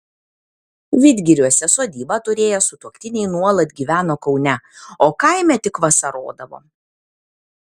vidgiriuose sodybą turėję sutuoktiniai nuolat gyveno kaune o kaime tik vasarodavo